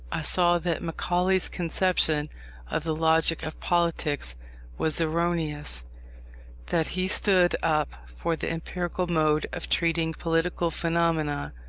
i saw that macaulay's conception of the logic of politics was erroneous that he stood up for the empirical mode of treating political phenomena,